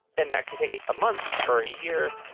and that can take a month or a year.